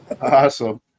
Awesome